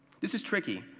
this is tricky,